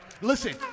Listen